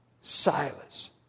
Silas